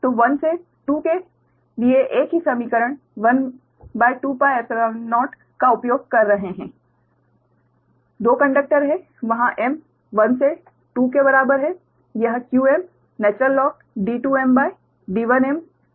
तो 1 से 2 के लिए एक ही समीकरण 12πϵ0 का उपयोग कर रहे हैं 2 कंडक्टर हैं वहां m 1 से 2 के बराबर है यह qmIn वोल्ट है